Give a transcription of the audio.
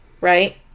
right